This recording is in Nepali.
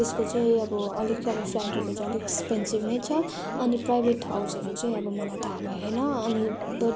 त्यसको चाहिँ अब अलिक फ्ल्याटहरूको चाहिँ अलिक एक्सपेन्सिभ नै छ अनि प्राइभेट हाउसहरू चाहिँ अब मलाई थाहा भएन अनि बट